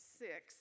six